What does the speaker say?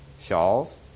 shawls